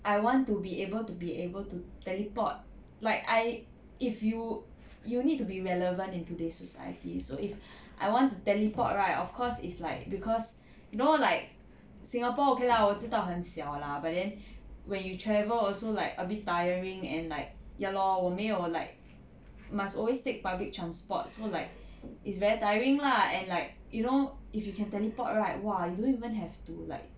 I want to be able to be able to teleport like I if you you'll need to be relevant in today's society so if I want to teleport right of course is like cause no like singapore okay lah 我知道很小 lah but then when you travel also like a bit tiring and like ya lor 我没有 like must always take public transport so like it's very tiring lah and like you know if you can teleport right !wah! you don't even have to like